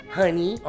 honey